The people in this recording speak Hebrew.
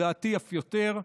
לדעתי אף יותר,